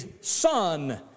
son